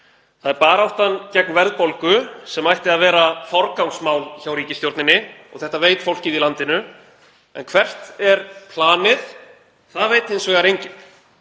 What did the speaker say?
Það er baráttan gegn verðbólgu sem ætti að vera forgangsmál hjá ríkisstjórninni og það veit fólkið í landinu. En hvert er planið? Það veit hins vegar enginn.